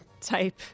type